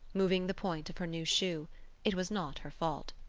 moving the point of her new shoe it was not her fault.